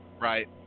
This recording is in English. Right